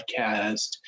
podcast